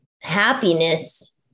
happiness